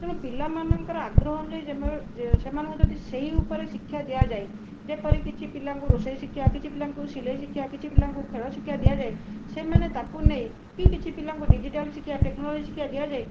ତେଣୁ ପିଲାମାନଙ୍କର ଆଗ୍ରହ ଅନୁଯାଇ ସେମାନଙ୍କୁ ଯଦି ସେହି ଉପରେ ଶିକ୍ଷା ଦିଆଯାଏ ଯେପରି କିଛି ପିଲାଙ୍କୁ ରୋଷେଇ ଶିକ୍ଷା କିଛି ପିଲାଙ୍କୁ ସିଲେଇ ଶିକ୍ଷା କିଛି ପିଲାଙ୍କୁ ଖେଳ ଶିକ୍ଷା ଦିଆଯାଏ ସେମାନେ ତା'କୁ ନେଇ କି କିଛି ପିଲାଙ୍କୁ ଡିଜିଟାଲ୍ ଶିକ୍ଷା ଟେକ୍ନୋଲୋଜି ଶିକ୍ଷା ଦିଆଯାଏ